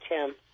tim